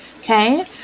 Okay